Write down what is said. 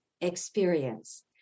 experience